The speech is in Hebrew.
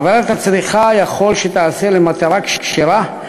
עבירת הצריכה יכול שתיעשה למטרה כשרה,